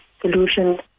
solutions